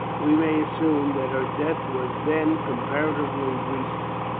we may assume that her death was then comparatively recent